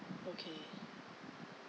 okay